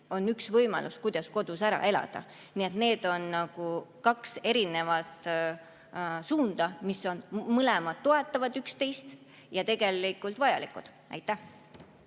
on üks võimalus, kuidas kodus ära elada. Nii et need on kaks erinevat suunda, mis toetavad üksteist ja on mõlemad tegelikult vajalikud. Aitäh!